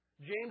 James